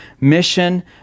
Mission